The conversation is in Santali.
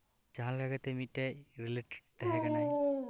ᱡᱟᱦᱟᱸᱞᱮᱠᱟ ᱠᱟᱛᱮᱫ ᱢᱤᱫᱽᱴᱮᱱ ᱨᱤᱞᱮᱴᱮᱴ ᱛᱟᱦᱮᱸ ᱠᱟᱱᱟᱭ